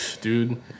Dude